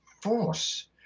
force